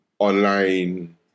Online